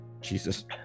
Jesus